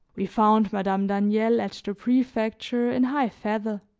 we found madame daniel at the prefecture in high feather.